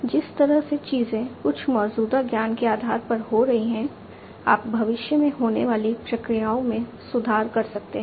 जिस तरह से चीजें कुछ मौजूदा ज्ञान के आधार पर हो रही हैं आप भविष्य में होने वाली प्रक्रियाओं में सुधार कर सकते हैं